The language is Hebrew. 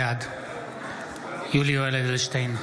בעד יולי יואל אדלשטיין,